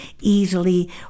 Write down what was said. easily